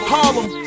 Harlem